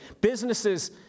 Businesses